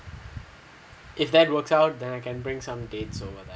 if that works out then I can bring some dates over there